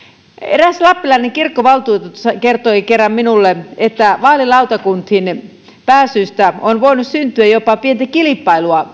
eräs lappilainen kirkkovaltuutettu kertoi kerran minulle että vaalilautakuntiin pääsystä on voinut syntyä jopa pientä kilpailua